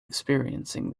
experiencing